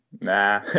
nah